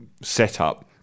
setup